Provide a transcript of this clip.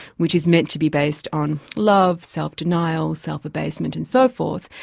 which is meant to be based on love, self-denial, self-abasement and so forth,